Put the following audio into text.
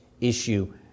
issue